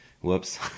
whoops